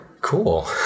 Cool